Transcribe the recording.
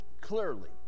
clearly